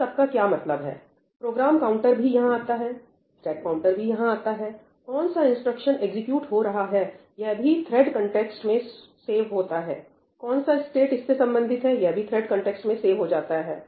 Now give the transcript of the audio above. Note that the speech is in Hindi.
इस सब का क्या मतलब है प्रोग्राम काउंटर भी यहां जाता हैस्टेक प्वाइंटर भी यहां जाता है कौन सा इंस्ट्रक्शन एग्जीक्यूट हो रहा है यह भी थ्रेड कन्टेक्स्ट में सेव होता है कौन सा स्टेट इससे संबंधित है यह भी थ्रेड कन्टेक्स्ट में सेव हो जाता है